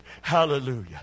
Hallelujah